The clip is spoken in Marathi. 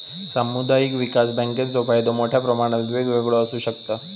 सामुदायिक विकास बँकेचो फायदो मोठ्या प्रमाणात वेगवेगळो आसू शकता